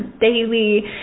daily